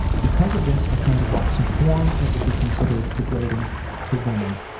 because of this, i tend to watch some porn that would be considered degrading to women,